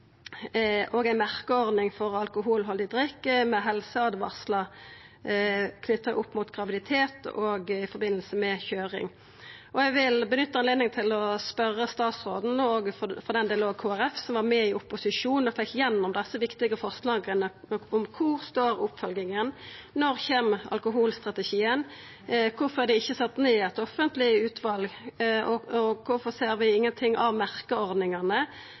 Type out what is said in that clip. ei merkeordning for alkoholhaldig drikk med helseåtvaringar knytte opp mot graviditet og i samband med køyring Eg vil nytta anledninga til å spørja statsråden, og for den del òg Kristeleg Folkeparti, som var med i opposisjon og fekk gjennom desse viktige forslaga: Kvar står oppfølginga? Når kjem alkoholstrategien? Kvifor er det ikkje sett ned eit offentleg utval, og kvifor ser vi ingenting av merkeordningane?